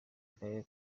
akarere